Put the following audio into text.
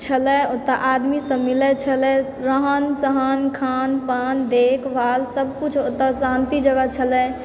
छलय ओतए आदमी सब मिलैत छलय रहन सहन खान पान देखभाल सबकिछु ओतए शान्ति जगह छलै